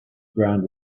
ground